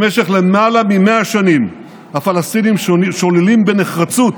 במשך למעלה מ-100 שנים הפלסטינים שוללים בנחרצות